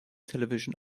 television